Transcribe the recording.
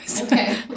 Okay